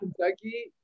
Kentucky